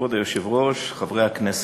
כבוד היושב-ראש, חברי הכנסת,